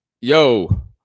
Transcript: yo